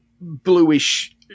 bluish